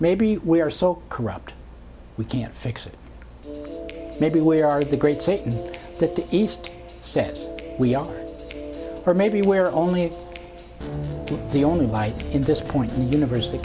maybe we are so corrupt we can't fix it maybe we are the great satan that the east says we are for maybe where only the only light in this point in the univers